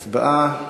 הצבעה.